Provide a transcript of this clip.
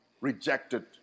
rejected